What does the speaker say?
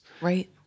Right